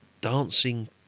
dancing